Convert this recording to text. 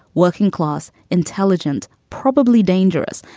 working class, intelligent, probably dangerous,